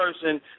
person